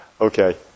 okay